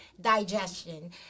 digestion